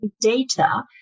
data